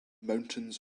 mountains